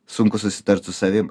sunku susitart su savim